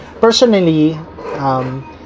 Personally